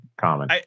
common